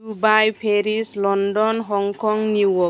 Dubai Paris London Hong Kong New York